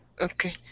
okay